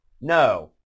No